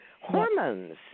Hormones